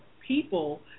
people